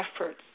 efforts